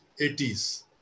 80s